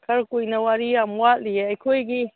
ꯈꯔ ꯀꯨꯏꯅ ꯋꯥꯔꯤ ꯌꯥꯝ ꯋꯥꯠꯂꯤꯌꯦ ꯑꯩꯈꯣꯏꯒꯤ